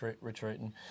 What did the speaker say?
retreating